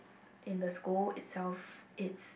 in the school itself it's